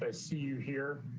ah see you here.